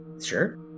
Sure